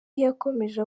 yakomeje